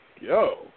yo